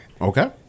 Okay